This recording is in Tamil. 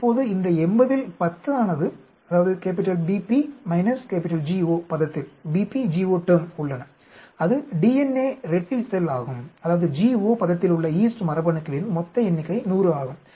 இப்போது இந்த 80 இல் 10 ஆனது BP GO பதத்தில் உள்ளன அது டிஎன்ஏ இரட்டித்தல் ஆகும் ஆனால் GO பதத்தில் உள்ள ஈஸ்ட் மரபணுக்களின் மொத்த எண்ணிக்கை 100 ஆகும்